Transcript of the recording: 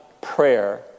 prayer